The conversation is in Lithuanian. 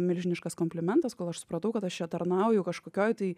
milžiniškas komplimentas kol aš supratau kad aš čia tarnauju kažkokioj tai